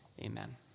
amen